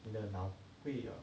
你的脑会 err